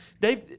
Dave